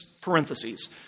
parentheses